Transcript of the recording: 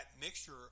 mixture